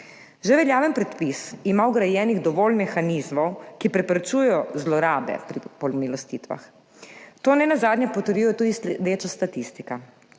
Že veljaven predpis ima vgrajenih dovolj mehanizmov, ki preprečujejo zlorabe pri pomilostitvah. To nenazadnje potrjuje tudi sledeča statistika.